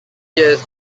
years